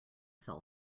sell